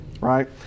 right